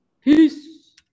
Peace